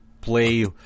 play